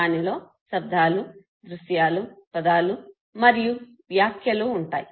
దానిలో శబ్దాలు దృశ్యాలు పదాలు మరియు వ్యాఖ్యలు ఉంటాయి